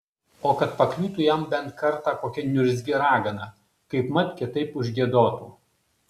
o kad pakliūtų jam bent kartą kokia niurzgi ragana kaipmat kitaip užgiedotų